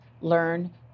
learn